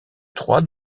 trois